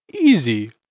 Easy